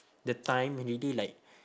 the time already like